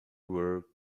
were